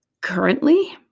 currently